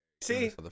See